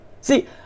See